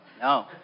No